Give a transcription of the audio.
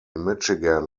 michigan